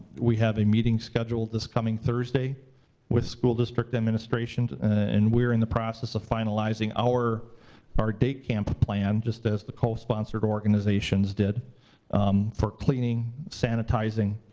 we have a meeting scheduled this coming thursday with school district administration. and we're in the process of finalizing our our day camp plan, just as the co-sponsored organizations did for cleaning, sanitizing,